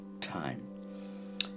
time